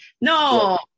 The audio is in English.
no